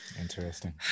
Interesting